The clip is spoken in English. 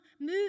move